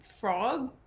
frog